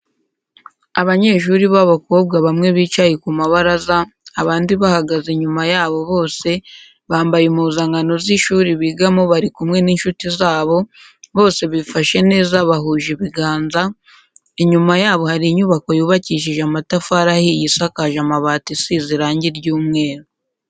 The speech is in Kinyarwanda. Abanyeshuri b'abakobwa bamwe bicaye ku mabaraza abandi bahagaze inyuma yabo bose, bambaye impuzankano z'ishuri bigamo bari kumwe n'inshuti zabo bose bifashe neza bahuje ibiganza, inyuma yabo hari inyubako yubakishije amatafari ahiye isakaje amabati isize irangi ry'umweru.